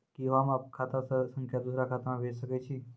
कि होम आप खाता सं दूसर खाता मे भेज सकै छी?